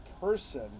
person